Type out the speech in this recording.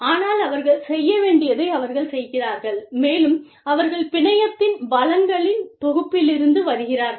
ஆனால் அவர்கள் செய்ய வேண்டியதை அவர்கள் செய்கிறார்கள் மேலும் அவர்கள் பிணையத்தின் வளங்களின் தொகுப்பிலிருந்து வருகிறார்கள்